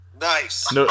Nice